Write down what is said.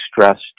stressed